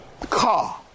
car